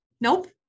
Nope